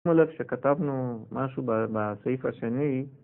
שימו לב שכתבנו משהו בסעיף השני